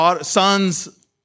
sons